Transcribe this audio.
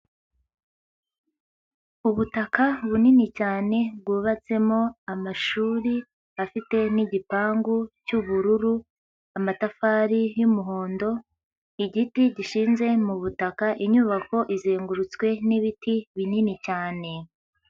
Ubutaka bunini cyane bwubatsemo amashuri afite n'igipangu cy'ubururu, amatafari y'umuhondo, igiti gishinze mu butaka, inyubako izengurutswe n'ibiti binini cyane.